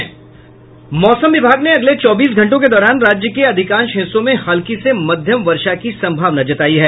मौसम विभाग ने अगले चौबीस घंटों के दौरान राज्य के अधिकांश हिस्सों में हल्की से मध्यम वर्षा की संभावना जतायी है